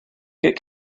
get